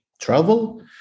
travel